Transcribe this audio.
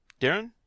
Darren